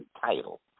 title